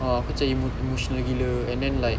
ah aku cam emotional emotional gila and then like